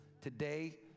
today